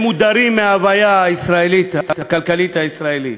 הם מודרים מההוויה הישראלית, הכלכלית הישראלית.